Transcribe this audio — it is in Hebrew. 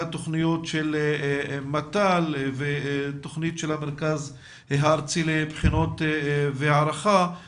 התכניות של מת"ל ותכנית של המרכז הארצי לבחינות והערכה,